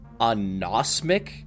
Anosmic